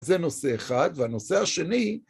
זה נושא אחד, והנושא השני...